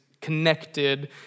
connected